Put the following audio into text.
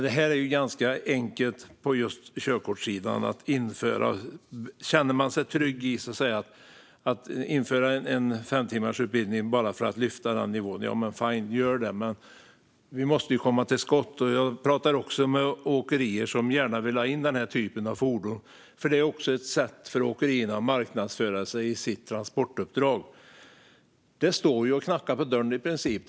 Det är alltså ganska enkelt att införa detta på körkortssidan. Känner man sig trygg i att införa en fem timmas utbildning för att lyfta nivån - fine, gör det! Men vi måste komma till skott. Jag pratar också med åkerier som gärna vill ha in den här typen av fordon. Det är nämligen också ett sätt för åkerierna att marknadsföra sig i sitt transportuppdrag. Detta står ju i princip och knackar på dörren.